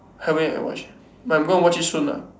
haven't yet watch yet but I'm gonna watch it soon ah